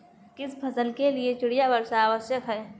किस फसल के लिए चिड़िया वर्षा आवश्यक है?